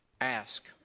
Ask